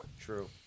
True